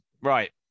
right